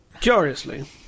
Curiously